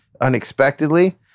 unexpectedly